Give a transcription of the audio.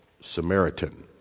Samaritan